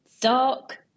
Dark